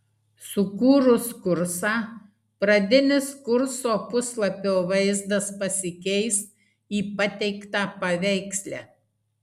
sukūrus kursą pradinis kurso puslapio vaizdas pasikeis į pateiktą paveiksle